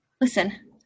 Listen